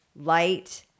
light